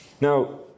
Now